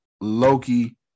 Loki